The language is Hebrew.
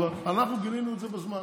אנחנו גילינו את זה בזמן.